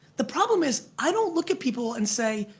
the problem is i don't look at people and say,